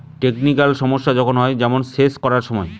technical সমস্যা যখন হয়, যেমন সেচ করার সময়